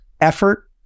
Effort